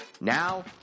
Now